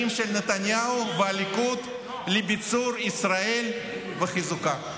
של נתניהו והליכוד לביצור ישראל וחיזוקה".